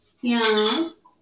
Yes